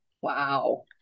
Wow